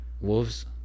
Wolves